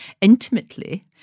intimately